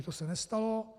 To se nestalo.